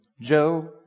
Joe